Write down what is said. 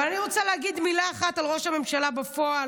ואני רוצה להגיד מילה אחת על ראש הממשלה בפועל,